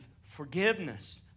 forgiveness